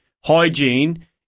hygiene